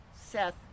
Seth